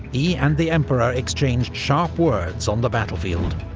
he and the emperor exchanged sharp words on the battlefield.